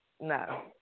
no